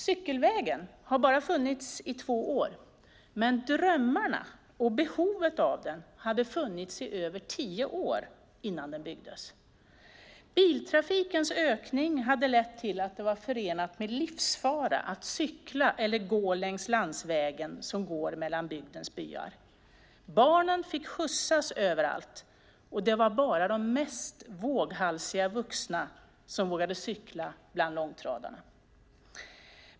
Cykelvägen har bara funnits i två år, men drömmarna och behovet av den hade funnits i över tio år innan den byggdes. Biltrafikens ökning hade lett till att det var förenat med livsfara att cykla eller gå längs landsvägen som går mellan bygdens byar. Barnen fick skjutsas överallt, och det var bara de mest våghalsiga vuxna som vågade cykla bland långtradarna.